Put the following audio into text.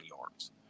yards